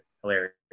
Hilarious